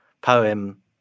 poem